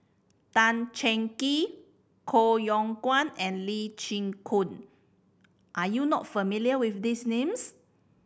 Tan Cheng Kee Koh Yong Guan and Lee Chin Koon are you not familiar with these names